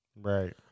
Right